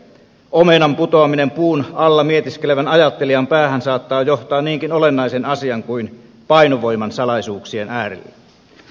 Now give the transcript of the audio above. omenan putoaminen puun alla mietiskelevän ajattelijan päähän saattaa johtaa niinkin olennaisen asian kuin painovoiman salaisuuksien äärelle